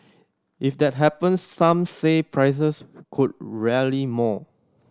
if that happens some said prices could rarely more